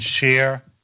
share